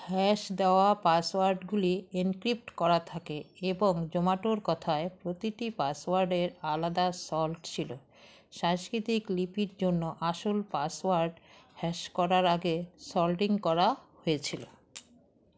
hash দেওয়া পাসওয়ার্ডগুলি encrypt করা থাকে এবং জোম্যাটোর কথায় প্রতিটি পাসওয়ার্ডের আলাদা সল্ট ছিলো সাংস্কৃতিক লিপির জন্য আসল পাসওয়ার্ড হ্যাশ করার আগে সল্টিং করা হয়েছিলো